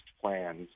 plans